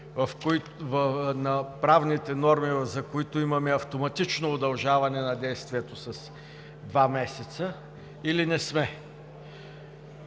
на правните норми, за които имаме автоматично удължаване на действието с два месеца, или не сме.